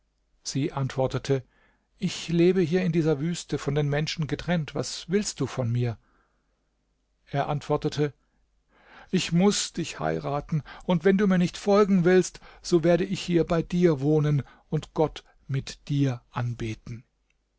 sie antwortete ich lebe hier in dieser wüste von den menschen getrennt was willst du von mir er antwortete ich muß dich heiraten und wenn du mir nicht folgen willst so werde ich hier bei dir wohnen und gott mit dir anbeten